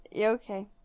Okay